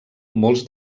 molts